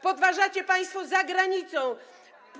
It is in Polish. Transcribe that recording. Podważacie państwo za granicą.